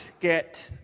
get